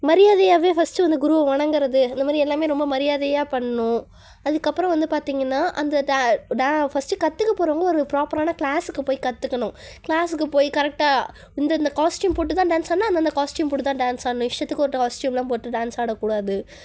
மரியாதையாகவே first வந்து குருவை வணங்குகிறது அந்தமாதிரி எல்லாமே ரொம்ப மரியாதையாக பண்ணணும் அதுக்கு அப்புறம் வந்து பார்த்திங்கன்னா அந்த ஃபஸ்ட் கற்றுக்க போகிறவங்க ஒரு ப்ராப்பரான கிளாசுக்கு போய் கற்றுக்கணும் கிளாசுக்கு போய் கரெக்ட்டாக இந்தந்த காஸ்டியூம் போட்டுதான் டான்ஸ் ஆடணு அந்தந்த காஸ்டியூம் போட்டுதான் டான்ஸ் ஆடணும் இஷ்டத்துக்கு ஒரு காஸ்டியூம்லாம் போட்டு டான்ஸ் ஆடக் கூடாது